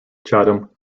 chatham